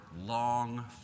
long